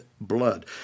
blood